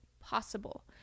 possible